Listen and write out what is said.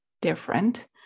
different